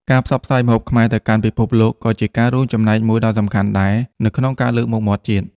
ការផ្សព្វផ្សាយម្ហូបខ្មែរទៅកាន់ពិភពលោកក៏ជាការរួមចំណែកមួយដ៏សំខាន់ដែរនៅក្នុងការលើកមុខមាត់ជាតិ។